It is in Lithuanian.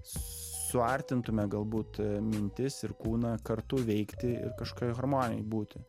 suartintume galbūt mintis ir kūną kartu veikti ir kažką harmonijai būti